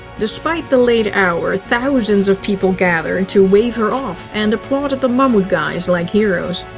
despite the late hour, thousands of people gathered to wave her off and applauded the mammoet guys like heroes.